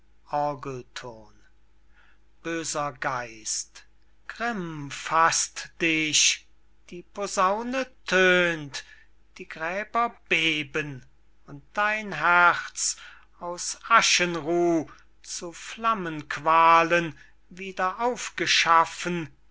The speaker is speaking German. böser geist grimm faßt dich die posaune tönt die gräber beben und dein herz aus aschenruh zu flammenqualen wieder aufgeschaffen bebt auf